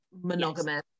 monogamous